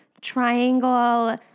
triangle